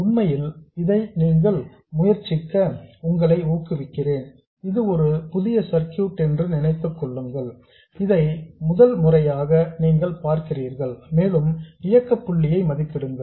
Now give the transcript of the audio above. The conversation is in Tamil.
உண்மையில் இதை நீங்கள் முயற்சிக்க உங்களை ஊக்குவிக்கிறேன் இது ஒரு புதிய சர்க்யூட் என்று நினைத்துக் கொள்ளுங்கள் இதை முதல் முறையாக நீங்கள் பார்க்கிறீர்கள் மேலும் இயக்க புள்ளியை மதிப்பிடுங்கள்